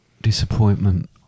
disappointment